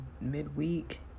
midweek